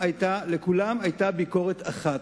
לכולם היתה ביקורת אחת,